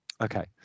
Okay